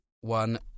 one